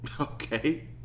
Okay